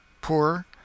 poor